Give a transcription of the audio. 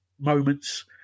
moments